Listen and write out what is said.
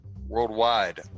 worldwide